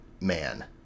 man